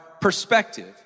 perspective